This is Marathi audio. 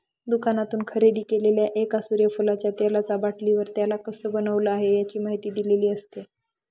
दुकानातून खरेदी केलेल्या एका सूर्यफुलाच्या तेलाचा बाटलीवर, त्याला कसं बनवलं आहे, याची माहिती दिलेली असते